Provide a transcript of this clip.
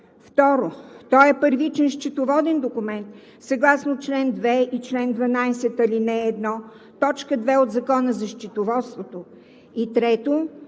Второ, той е първичен счетоводен документ съгласно чл. 2 и чл. 12, ал. 1, т. 2 от Закона за счетоводството. И трето,